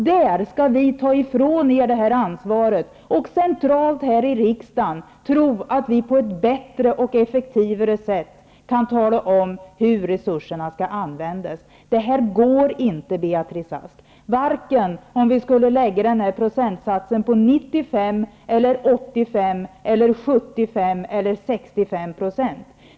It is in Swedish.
Där skall man ta ifrån kommunerna detta ansvar och tro att vi centralt här i riksdagen på ett bättre och effektivare sätt kan tala om hur resurserna skall användas. Detta går inte, Beatrice Ask, vare sig om vi skulle lägga procentsatsen på 95 %, 85 %, 75 % eller 65 %.